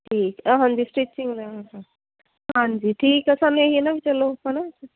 ਠੀਕ ਹਾਂਜੀ ਸਟਿਚਿੰਗ ਵਾਲਾ ਹਾਂਜੀ ਠੀਕ ਹੈ ਸਾਨੂੰ ਇਹ ਹੀ ਹੈ ਨਾ ਵੀ ਚਲੋ ਹੈ ਨਾ